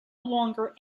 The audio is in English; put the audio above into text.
longer